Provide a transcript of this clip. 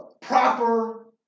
proper